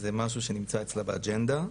זה משהו שנמצא אצלה באג'נדה.